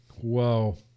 Whoa